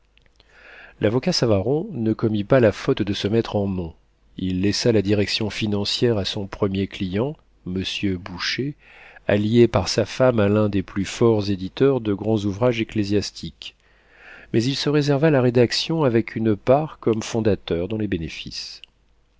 l'avocat savaron ne commit pas la faute de se mettre en nom il laissa la direction financière à son premier client monsieur boucher allié par sa femme à l'un des plus forts éditeurs de grands ouvrages ecclésiastiques mais il se réserva la rédaction avec une part comme fondateur dans les bénéfices